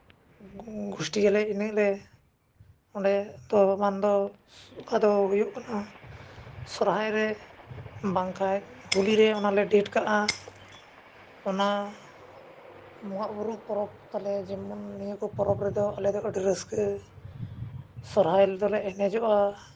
ᱜᱩᱥᱴᱤ ᱟᱞᱮ ᱩᱱᱟᱹᱜ ᱞᱮ ᱚᱸᱰᱮ ᱫᱚ ᱢᱟᱱᱫᱚ ᱚᱠᱟ ᱫᱚ ᱦᱩᱭᱩᱜ ᱠᱟᱱᱟ ᱥᱚᱦᱨᱟᱭ ᱨᱮ ᱵᱟᱝ ᱠᱷᱟᱱ ᱦᱚᱞᱤᱨᱮ ᱚᱱᱟᱞᱮ ᱰᱮᱴ ᱠᱟᱜᱼᱟ ᱚᱱᱟ ᱵᱚᱸᱜᱟᱼᱵᱩᱨᱩᱜ ᱯᱚᱨᱚᱵᱽ ᱟᱞᱮ ᱡᱮᱢᱚᱱ ᱱᱤᱭᱟᱹ ᱠᱚ ᱯᱚᱨᱚᱵᱽ ᱨᱮᱫᱚ ᱟᱞᱮ ᱫᱚ ᱟᱹᱰᱤ ᱨᱟᱹᱥᱠᱟᱹ ᱥᱚᱦᱨᱟᱭ ᱨᱮᱫᱚᱞᱮ ᱮᱱᱮᱡᱚᱜᱼᱟ